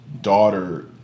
daughter